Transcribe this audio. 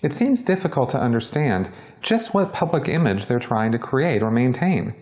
it seems difficult to understand just what public image they're trying to create or maintain.